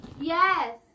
Yes